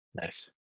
nice